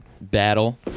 battle